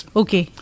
okay